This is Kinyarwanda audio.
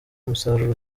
umusaruro